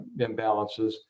imbalances